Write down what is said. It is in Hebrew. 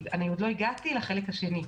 עוד לא הגעתי לחלק השני.